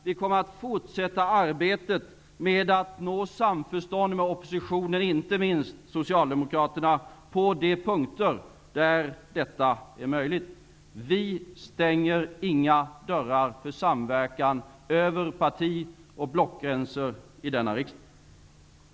Vi kommer att fortsätta arbetet med att nå samförstånd med oppositionen -- inte minst med socialdemokraterna -- på de punkter där det är möjligt. Vi stänger inga dörrar för samverkan över parti och blockgränser i denna riksdag.